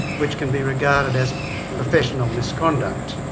which can be regarded as professional misconduct.